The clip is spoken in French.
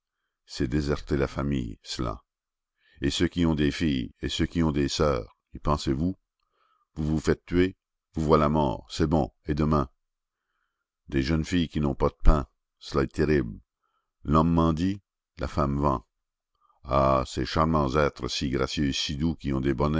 c'est déserter la famille cela et ceux qui ont des filles et ceux qui ont des soeurs y pensez-vous vous vous faites tuer vous voilà morts c'est bon et demain des jeunes filles qui n'ont pas de pain cela est terrible l'homme mendie la femme vend ah ces charmants êtres si gracieux et si doux qui ont des bonnets